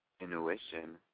intuition